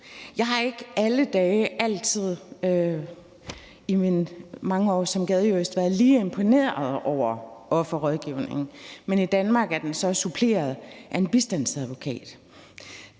Jeg har ikke alle dage og altid i mine mange år som gadejurist været lige imponeret over offerrådgivning, men i Danmark er den så suppleret af en bistandsadvokat;